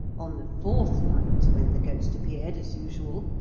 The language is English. on the fourth night, when the ghost appeared, as usual,